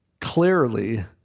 clearly